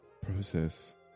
process